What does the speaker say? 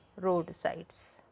roadsides